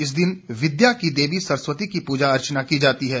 इस दिन विद्या की देवी सरस्वती की प्रजा अर्चना की जाती है